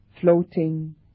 floating